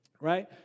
right